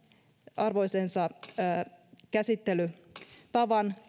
arvoisensa käsittelytapa